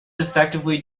effectively